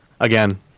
again